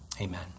Amen